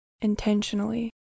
intentionally